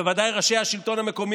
בוודאי ראשי השלטון המקומי,